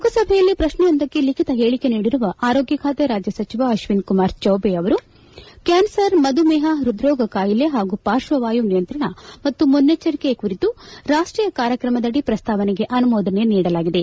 ಲೋಕಸಭೆಯಲ್ಲಿ ಪ್ರಶ್ನೆಯೊಂದಕ್ಕೆ ಲಿಬಿತ ಹೇಳಿಕೆ ನೀಡಿರುವ ಆರೋಗ್ಯ ಖಾತೆ ರಾಜ್ಯ ಸಚಿವ ಅಶ್ವಿನಿ ಕುಮಾರ್ ಚೌಭೆ ಅವರು ಕ್ಕಾನ್ಸರ್ ಮಧುಮೇಪ ಪೃದ್ರೋಗ ಕಾಯಿಲೆ ಹಾಗೂ ಪಾಶ್ವವಾಯು ನಿಯಂತ್ರಣ ಮತ್ತು ಮುನ್ನೆಚ್ಚರಿಕೆ ಕುರಿತು ರಾಷ್ಷೀಯ ಕಾರ್ಯಕ್ರಮದಡಿ ಪ್ರಸ್ತಾವನೆಗೆ ಅನುಮೋದನೆ ನೀಡಲಾಗಿದೆ